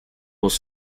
was